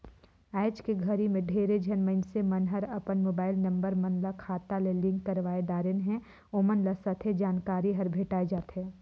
आइज के घरी मे ढेरे झन मइनसे मन हर अपन मुबाईल नंबर मन ल खाता ले लिंक करवाये दारेन है, ओमन ल सथे जानकारी हर भेंटाये जाथें